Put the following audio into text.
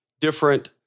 different